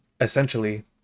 essentially